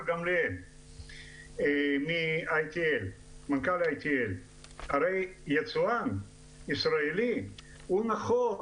גמליאל מנכ"ל ITL. הרי יצואן ישראלי נכון,